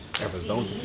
Arizona